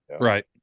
right